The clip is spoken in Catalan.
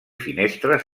finestres